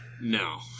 No